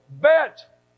bet